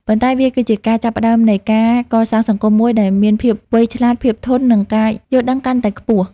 ប៉ុន្តែវាគឺជាការចាប់ផ្តើមនៃការកសាងសង្គមមួយដែលមានភាពវៃឆ្លាត ភាពធន់ និងការយល់ដឹងកាន់តែខ្ពស់។